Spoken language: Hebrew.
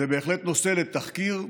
זה בהחלט נושא לתחקיר,